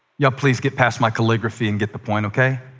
y'all, please get past my calligraphy and get the point. okay?